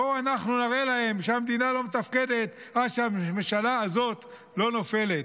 בואו אנחנו נראה להם שהמדינה לא מתפקדת עד שהממשלה הזאת לא נופלת.